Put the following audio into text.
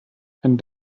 and